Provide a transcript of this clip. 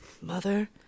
mother